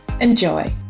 Enjoy